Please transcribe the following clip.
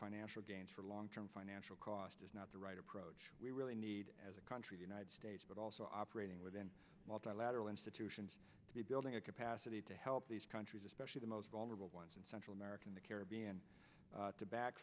financial gains for long term financial cost is not the right approach we really need as a country united states but also operating within multilateral institutions to be building a capacity to help these countries especially the most vulnerable ones in central america in the caribbean to bac